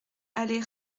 allée